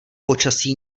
počasí